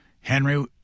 Henry